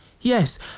Yes